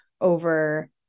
over